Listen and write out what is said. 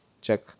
check